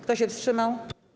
Kto się wstrzymał?